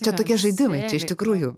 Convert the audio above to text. čia tokie žaidimai čia iš tikrųjų